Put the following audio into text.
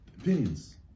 opinions